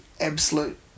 absolute